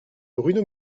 bruno